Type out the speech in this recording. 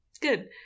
Good